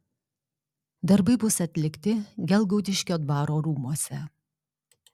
darbai bus atlikti gelgaudiškio dvaro rūmuose